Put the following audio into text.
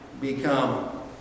become